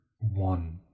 one